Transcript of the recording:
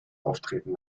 auftreten